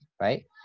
right